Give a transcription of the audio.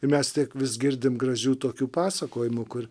ir mes tiek vis girdim gražių tokių pasakojimų kur